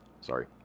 sorry